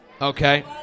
Okay